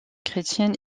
chrétienne